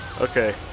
okay